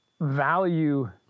value